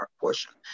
portion